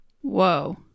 Whoa